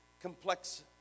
complex